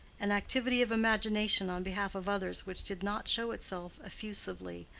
an activity of imagination on behalf of others which did not show itself effusively,